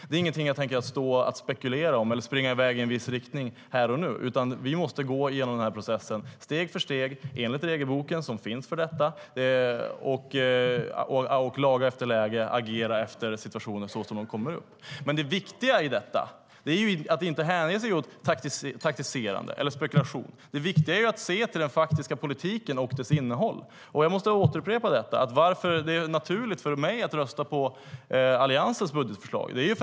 Det är ingenting som jag tänker spekulera om eller här och nu rusa i väg i en viss riktning. Jag vill upprepa varför det är naturligt för mig att rösta på Alliansens budgetförslag.